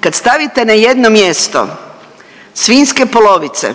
kad stavite na jedno mjesto svinjske polovice,